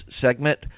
segment